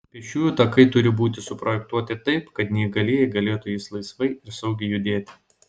pėsčiųjų takai turi būti suprojektuoti taip kad neįgalieji galėtų jais laisvai ir saugiai judėti